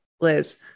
Liz